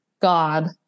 God